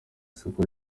soko